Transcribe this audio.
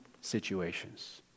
situations